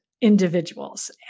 individuals